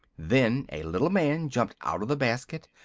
then a little man jumped out of the basket,